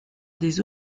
des